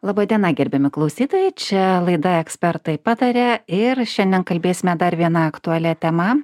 laba diena gerbiami klausytojai čia laida ekspertai pataria ir šiandien kalbėsime dar viena aktualia tema